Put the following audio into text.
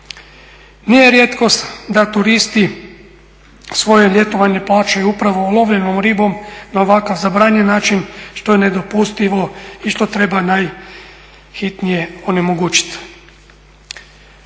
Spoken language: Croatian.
Nije rijetkost da turisti svoje ljetovanje plaćaju upravo ulovljenom ribom na ovakav zabranjen način, što je nedopustivo i što treba najhitnije onemogućiti.